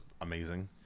amazing